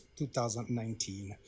2019